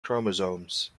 chromosomes